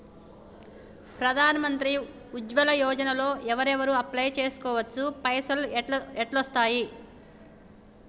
ప్రధాన మంత్రి ఉజ్వల్ యోజన లో ఎవరెవరు అప్లయ్ చేస్కోవచ్చు? పైసల్ ఎట్లస్తయి?